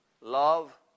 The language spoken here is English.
love